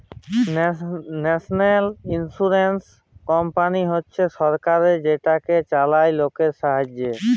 national insurance company হছে সরকার যেটকে চালায় লকের জ্যনহে